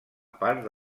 part